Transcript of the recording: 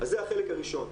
זה החלק הראשון.